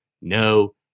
no